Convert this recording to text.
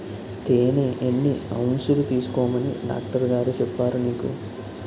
తేనె ఎన్ని ఔన్సులు తీసుకోమని డాక్టరుగారు చెప్పారు నీకు